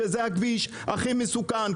שזה הכביש הכי מסוכן.